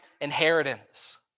inheritance